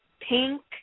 pink